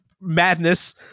Madness